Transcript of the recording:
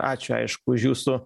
ačiū aišku už jūsų